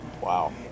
Wow